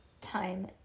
time